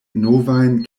novajn